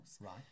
Right